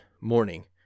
morning